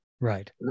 Right